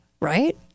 right